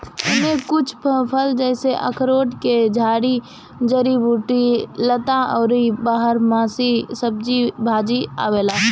एमे कुछ फल जइसे अखरोट के झाड़ी, जड़ी बूटी, लता अउरी बारहमासी सब्जी भाजी आवेला